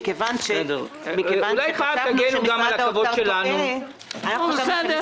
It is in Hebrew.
כי חשבנו שמשרד האוצר טועה משפטית